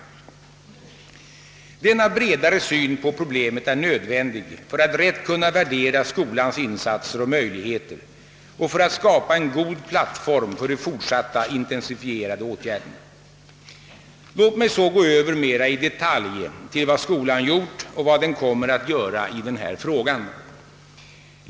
Denna bredare syn på problemet är nödvändig för att rätt kunna värdera skolans insatser och möjligheter och för att skapa en god plattform för fortsatta intensifierade åtgärder. Låt mig så gå över mera i detalj till vad skolan gjort och vad den kommer att göra i den här frågan.